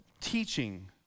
teaching